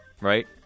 Right